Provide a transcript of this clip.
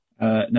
No